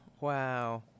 wow